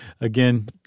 Again